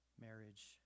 marriage